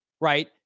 right